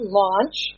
launch